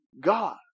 God